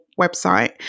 website